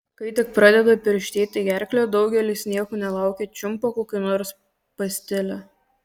kai tik pradeda perštėti gerklę daugelis nieko nelaukę čiumpa kokią nors pastilę